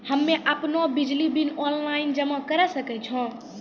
हम्मे आपनौ बिजली बिल ऑनलाइन जमा करै सकै छौ?